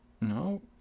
No